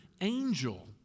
Angel